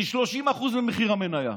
מ-30% ממחיר המניה.